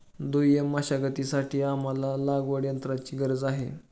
दुय्यम मशागतीसाठी आम्हाला लागवडयंत्राची गरज आहे